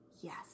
Yes